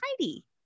tidy